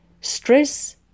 stress